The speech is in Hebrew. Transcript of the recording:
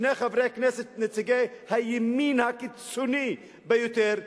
שני חברי כנסת נציגי הימין הקיצוני ביותר,